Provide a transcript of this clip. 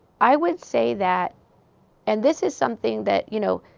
i would say that and this is something that, you know,